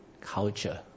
culture